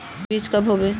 बीज कब होबे?